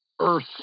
earth